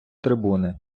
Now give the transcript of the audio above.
трибуни